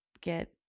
get